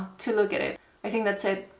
to look at it i think thats it,